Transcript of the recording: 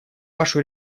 вашу